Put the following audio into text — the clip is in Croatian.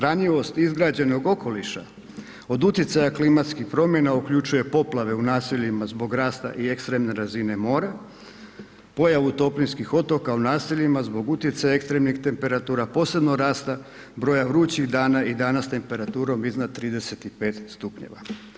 Ranjivost izgrađenog okoliša od utjecaja klimatskih promjena uključuje poplave u naseljima zbog rasta i ekstremne razine mora, pojavu toplinskih otoka u naseljima zbog utjecaja ekstremnih temperatura, posebno rasta broja vrućih dana i dana s temperaturom iznad 35 stupnjeva.